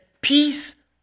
peace